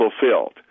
fulfilled